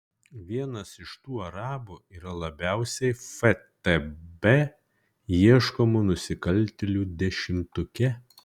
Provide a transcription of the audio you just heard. vienas iš tų arabų yra labiausiai ftb ieškomų nusikaltėlių dešimtuke